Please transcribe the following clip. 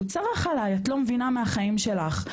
הוא צרח עלי את לא מבינה מהחיים שלך,